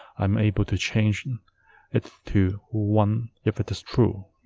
i'm able to change and it to one if it is true.